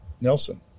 Nelson